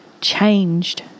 changed